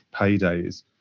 paydays